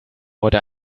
leute